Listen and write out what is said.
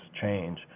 change